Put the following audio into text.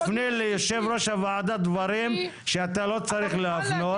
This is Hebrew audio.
אתה מפנה ליושב-ראש הוועדה דברים שאתה לא צריך להפנות.